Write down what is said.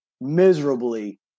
miserably